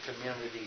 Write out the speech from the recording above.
Community